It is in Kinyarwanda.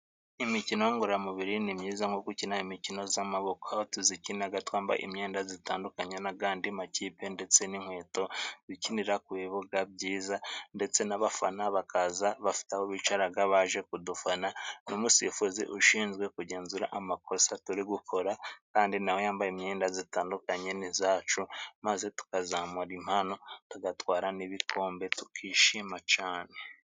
Imikino ngororamubiri ni myiza ,nko gukina imikino y'amaboko . Tuyikina twambaye imyenda itandukanye n'andi makipe ndetse n'inkweto . Dukinira ku bibuga byiza ndetse n'abafana bakaza aho bicara baje kudufana n'umusifuzi ushinzwe kugenzura amakosa turi gukora kandi nawe yambaye imyenda itandukanye n'iyacu maze tukazamura impano tugatwara n'ibikombe tukishima cyane.